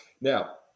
Now